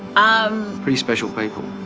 um pretty special people.